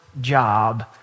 job